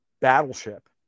battleship